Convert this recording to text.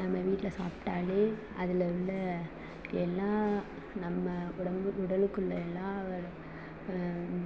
நம்ம வீட்டில் சாப்ட்டாலே அதில் உள்ள எல்லா நம்ம உடம்பு உடலுக்குள்ளே எல்லா ஒரு